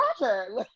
Roger